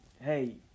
hey